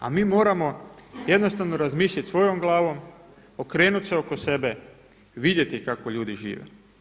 A mi moramo jednostavno razmislit svojom glavom, okrenut se oko sebe, vidjeti kako ljudi žive.